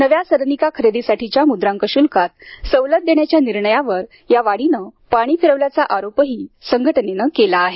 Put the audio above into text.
नव्या सदनिका खरेदीसाठीच्या मुद्रांक शुल्कात सवलत देण्याच्या निर्णयावर या वाढीने पाणी फिरवल्याचा आरोपही संघटनेनं केला आहे